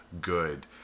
good